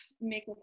make